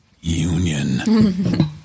Union